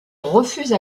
refuse